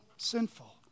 sinful